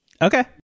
Okay